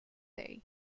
day